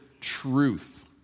truth